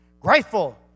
Grateful